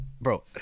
bro